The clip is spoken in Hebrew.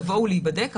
בואו להיבדק,